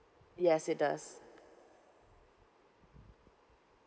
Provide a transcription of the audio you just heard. yes it does